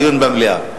דיון במליאה.